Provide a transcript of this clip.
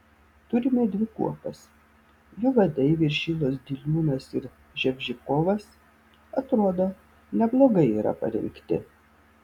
turime dvi kuopas jų vadai viršilos diliūnas ir ževžikovas atrodo neblogai yra parengti